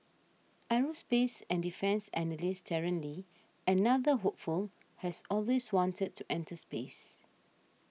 aerospace and defence analyst Darren Lee another hopeful has always wanted to enter space